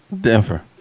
Denver